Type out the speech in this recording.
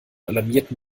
alarmierten